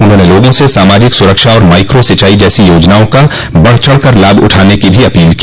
उन्होंने लोगो से सामाजिक सुरक्षा और माइको सिंचाई जैसी योजनाओं का बढ़कर लाभ उठाने की अपील की